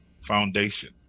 Foundation